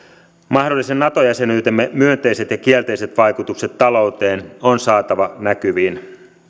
mahdollisen nato jäsenyytemme myönteiset ja kielteiset vaikutukset talouteen on saatava näkyviin